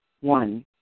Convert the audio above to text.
one